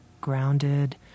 grounded